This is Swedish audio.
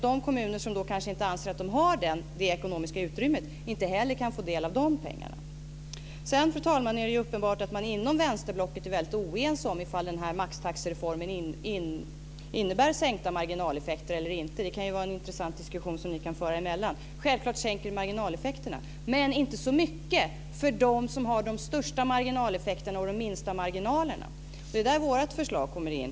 De kommuner som kanske anser att de inte har det ekonomiska utrymmet kan heller inte få del av de pengarna. Fru talman! Det är uppenbart att man inom vänsterblocket är väldigt oense om ifall maxtaxereformen innebär sänkta marginaleffekter eller inte. Det kan vara en intressant diskussion som ni kan föra er emellan. Självklart sänker den marginaleffekterna, men inte så mycket för dem som har de största marginaleffekterna och de minsta marginalerna. Det är där vårt förslag kommer in.